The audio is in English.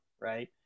right